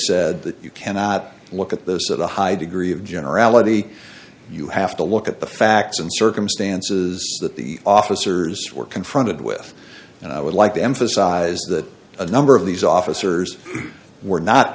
said that you cannot look at this at a high degree of generality you have to look at the facts and circumstances that the officers were confronted with and i would like to emphasize that a number of these officers were not